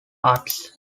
arts